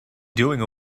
doing